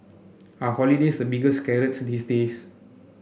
are holidays the biggest carrots these days